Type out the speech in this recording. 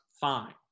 fine